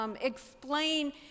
explain